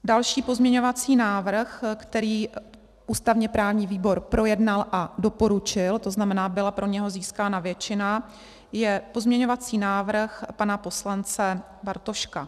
Další pozměňovací návrh, který ústavněprávní výbor projednal a doporučil, to znamená, byla pro něho získána většina, je pozměňovací návrh pana poslance Bartoška.